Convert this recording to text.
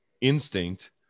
instinct